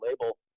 label